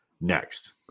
next